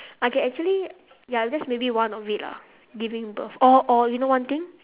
okay actually ya that's maybe one of it lah giving birth or or you know one thing